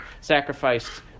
sacrificed